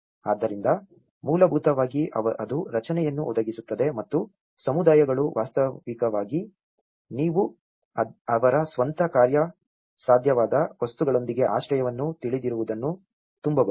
ಆದ್ದರಿಂದ ಮೂಲಭೂತವಾಗಿ ಅದು ರಚನೆಯನ್ನು ಒದಗಿಸುತ್ತದೆ ಮತ್ತು ಸಮುದಾಯಗಳು ವಾಸ್ತವಿಕವಾಗಿ ನೀವು ಅವರ ಸ್ವಂತ ಕಾರ್ಯಸಾಧ್ಯವಾದ ವಸ್ತುಗಳೊಂದಿಗೆ ಆಶ್ರಯವನ್ನು ತಿಳಿದಿರುವುದನ್ನು ತುಂಬಬಹುದು